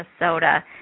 Minnesota